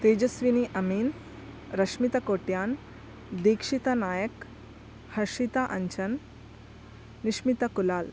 Tejaswini Amin Rashmita Kotian Dikshita Nayak Harshita Anchan Nishmita Kulal